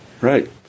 right